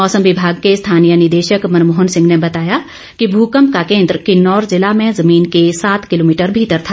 मौसम विभाग के स्थानीय निदेशक मनमोहन सिंह ने बताया कि भुकंप का केंद्र किन्नौर जिला में जमीन के सात किलोमीटर भीतर था